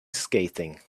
scathing